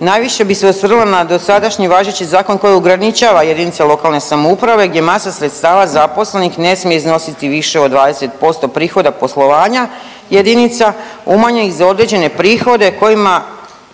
Najviše bi se osvrnula na dosadašnji važeći zakon koji ograničava jedinice lokalne samouprave gdje masa sredstava zaposlenih ne smije iznositi više od 20% prihoda poslovanja jedinica, umanjenih za određene prihode kojima